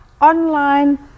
online